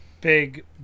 Big